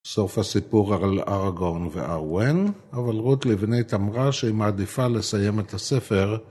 סוף הסיפור על ארגון וארואן, אבל רות לבנית אמרה שהיא מעדיפה לסיים את הספר.